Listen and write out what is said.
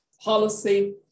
policy